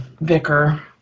vicar